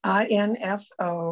info